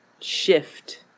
shift